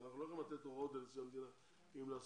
אנחנו לא יכולים לתת הוראות לנשיא המדינה אם לעשות,